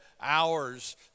hours